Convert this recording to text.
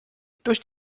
durch